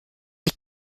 die